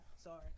Sorry